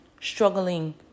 struggling